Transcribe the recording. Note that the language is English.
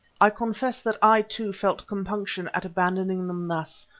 i confess that i, too, felt compunction at abandoning them thus,